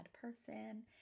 person